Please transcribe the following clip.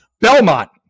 Belmont